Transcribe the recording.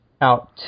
out